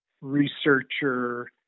researcher